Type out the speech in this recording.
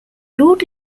route